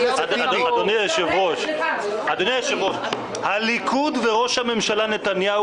אדוני היושב-ראש: "הליכוד וראש הממשלה נתניהו